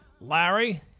Larry